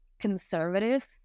conservative